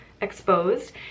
exposed